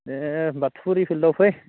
एह होमबा थुरिखोनो लुफै